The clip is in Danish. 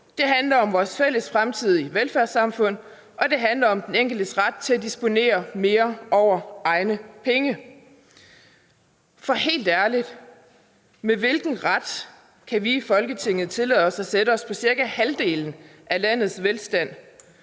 Det handler om vores fælles fremtidige velfærdssamfund, og det handler om den enkeltes ret til at disponere mere over egne penge. For helt ærligt, med hvilken ret kan vi i Folketinget tillade os at sætte os på cirka halvdelen af landets velstand,